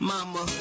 Mama